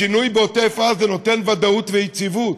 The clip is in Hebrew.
לכן השינוי בעוטף עזה נותן ודאות ויציבות.